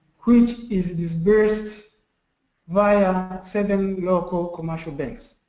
which is disbursed by ah seven local commercial banks.